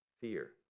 fear